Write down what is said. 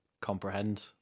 comprehend